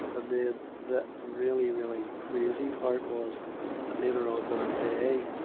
and then, that really, really, crazy part was, and later on that day,